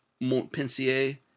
montpensier